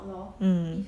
mm